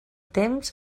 temps